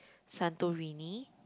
Santorini